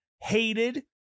hated